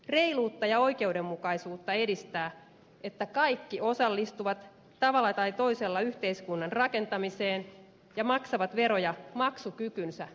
reiluutta ja oikeudenmukaisuutta edistää että kaikki osallistuvat tavalla tai toisella yhteiskunnan rakentamiseen ja maksavat veroja maksukykynsä mukaan